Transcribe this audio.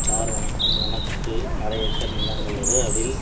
sir வணக்கம் எனக்கு அரை ஏக்கர் நிலம் உள்ளது அதில்